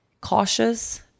cautious